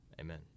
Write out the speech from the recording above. Amen